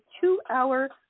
two-hour